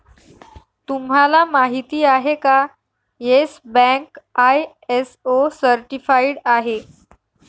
तुम्हाला माहिती आहे का, येस बँक आय.एस.ओ सर्टिफाइड आहे